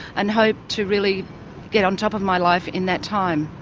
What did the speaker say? and hope to really get on top of my life in that time.